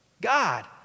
God